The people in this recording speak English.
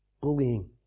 Bullying